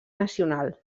nacional